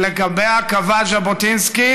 שלגביה קבע ז'בוטינסקי,